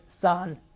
Son